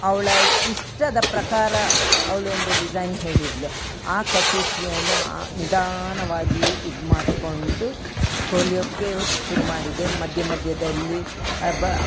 ಅವಳ ಇಷ್ಟದ ಪ್ರಕಾರ ಅವಳೊಂದು ಡಿಸೈನ್ ಹೇಳಿದ್ದಳು ಆ ಕಸೂತಿಯನ್ನು ಆ ನಿಧಾನವಾಗಿ ಇದು ಮಾಡಿಕೊಂಡು ಕೋಲಿಯೋಕ್ಕೆ ಶುರು ಮಾಡಿದೆ ಮಧ್ಯೆ ಮಧ್ಯೆದಲ್ಲಿ ಬ